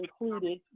included